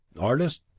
artist